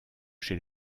chez